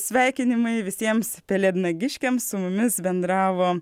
sveikinimai visiems pelėdnagiškiams su mumis bendravo